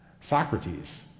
Socrates